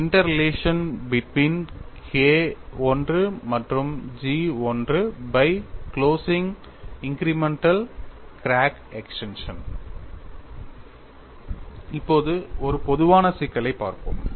interrelation between KI and GI by closing incremental crack extension இப்போது ஒரு பொதுவான சிக்கலைப் பார்ப்போம்